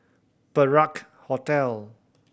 Perak Hotel